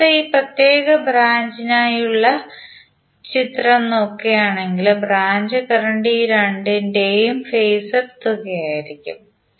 അതിനർത്ഥം ഈ പ്രത്യേക ബ്രാഞ്ചിനായുള്ള ഈ ചിത്രം നോക്കുകയാണെങ്കിൽ ബ്രാഞ്ച് കറന്റ് ഈ രണ്ടിന്റെയും ഫേസർ തുകയായിരിക്കും